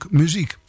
muziek